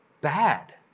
bad